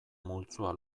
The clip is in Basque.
multzoa